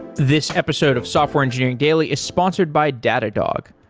this episode of software engineering daily is sponsored by datadog.